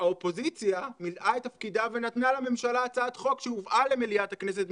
האופוזיציה מילאה את תפקידה ונתנה לממשלה הצעת חוק שהובאה למליאת הכנסת,